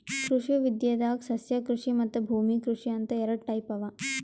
ಕೃಷಿ ವಿದ್ಯೆದಾಗ್ ಸಸ್ಯಕೃಷಿ ಮತ್ತ್ ಭೂಮಿ ಕೃಷಿ ಅಂತ್ ಎರಡ ಟೈಪ್ ಅವಾ